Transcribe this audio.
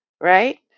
Right